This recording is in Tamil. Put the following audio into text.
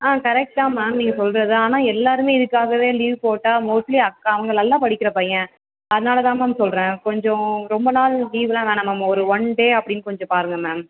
ஆ கரெக்ட் தான் மேம் நீங்கள் சொல்கிறது ஆனால் எல்லாேருமே இதுக்காகவே லீவ் போட்டால் மோஸ்ட்லி அக் அவங்க நல்லா படிக்கிற பையன் அதனால தான் மேம் சொல்கிறேன் கொஞ்சம் ரொம்ப நாள் லீவ்வெலாம் வேணாம் மேம் ஒரு ஒன் டே அப்படின்னு கொஞ்சம் பாருங்க மேம்